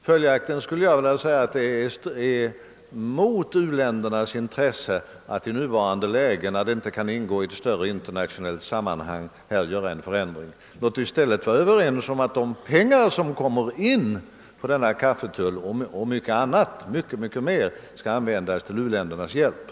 Följaktligen skulle jag vilja säga att det strider mot u-ländernas intresse att i nuvarande läge, när det inte kan ingå i ett större internationellt sammanhang, här göra en förändring. Låt oss i stället vara överens om att de pengar som kommer in på kaffetullen och mycket mer skall användas till u-ländernas hjälp.